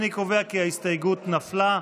אני קובע כי ההסתייגות נפלה.